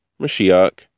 Mashiach